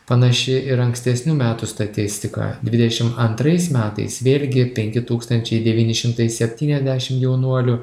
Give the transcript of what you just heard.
panaši ir ankstesnių metų statistika dvidešimt antrais metais vėlgi penki tūkstančiai septyniasdešimt jaunuolių